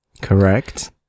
correct